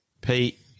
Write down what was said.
Pete